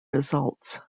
results